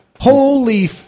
Holy